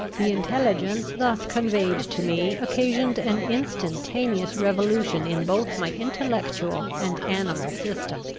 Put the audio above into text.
the intelligence thus conveyed to me occasioned an instantaneous revolution in both my intellectual and animal system.